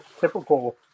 typical